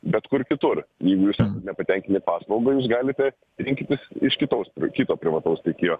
bet kur kitur jeigu jūs nepatenkinti paslauga jūs galite rinktis iš kitos kito privataus tiekėjo